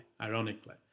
ironically